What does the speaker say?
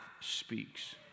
speaks